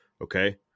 Okay